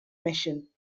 mission